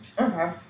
Okay